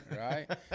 right